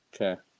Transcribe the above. Okay